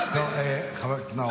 נאור.